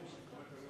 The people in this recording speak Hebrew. אם אתה לא נאיבי,